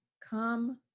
come